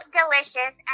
delicious